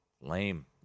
Lame